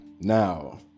Now